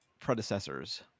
predecessors